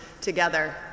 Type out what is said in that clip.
together